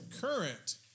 Current